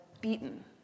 beaten